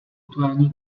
aktuální